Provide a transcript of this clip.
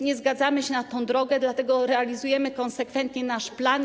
Nie zgadzamy się na tę drogę, dlatego realizujemy konsekwentnie nasz plan.